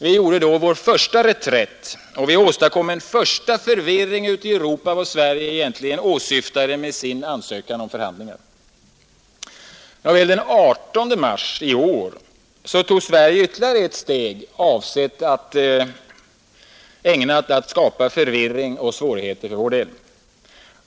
Vi gjorde då vår första reträtt och åstadkom en första förvirring i Europa om vad Sverige egentligen åsyftade med sin ansökan om förhandlingar. Den 18 mars i år tog Sverige ytterligare ett steg ägnat att skapa förvirring och svårigheter för vår del.